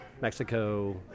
Mexico